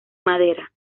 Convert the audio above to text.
madera